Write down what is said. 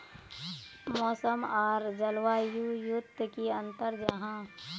मौसम आर जलवायु युत की अंतर जाहा?